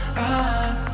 run